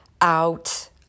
out